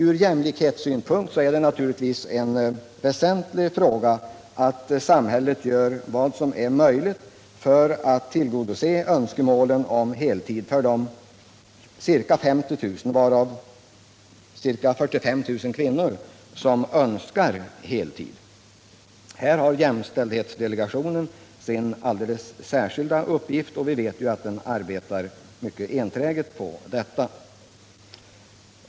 Ur jämlikhetssynpunkt är det naturligtvis en väsentlig fråga att samhället gör vad som är möjligt för att tillgodose önskemålen om heltid för de ca 50 000, varav ca 45 000 kvinnor, som önskar heltid. Här har jämställdhetskommittén sin alldeles särskilda uppgift. Vi vet ju att den arbetar mycket enträget på detta.